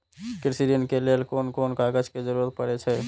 कृषि ऋण के लेल कोन कोन कागज के जरुरत परे छै?